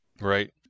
Right